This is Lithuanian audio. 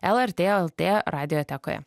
lrt lt radiotekoje